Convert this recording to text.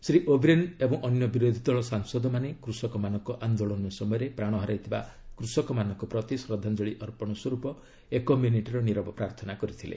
Shri O'Brien ଏବଂ ଅନ୍ୟ ବିରୋଧୀଦଳ ସାଂସଦମାନେ କୃଷକମାନଙ୍କ ଆନ୍ଦୋଳନ ସମୟରେ ପ୍ରାଣ ହରାଇଥିବା କୃଷକମାନଙ୍କ ପ୍ରତି ଶ୍ରଦ୍ଧାଞ୍ଚଳି ଅର୍ପଣ ସ୍ୱରୂପ ଏକ ମିନିଟ୍ର ନିରବ ପ୍ରାର୍ଥନା କରିଥିଲେ